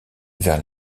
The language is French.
vers